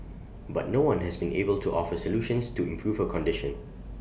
but no one has been able to offer solutions to improve her condition